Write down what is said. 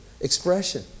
expression